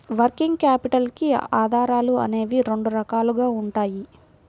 working capital కి ఆధారాలు అనేవి రెండు రకాలుగా ఉంటాయి